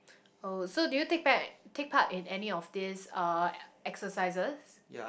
oh so do you take back take part in any of these uh exercises